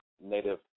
native